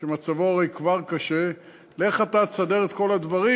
שמצבו הרי כבר קשה: לך אתה תסדר את כל הדברים